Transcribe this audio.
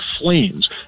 flames